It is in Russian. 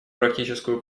практическую